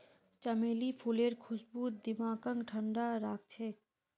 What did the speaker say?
चमेली फूलेर खुशबू दिमागक ठंडा राखछेक